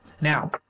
Now